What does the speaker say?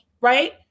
right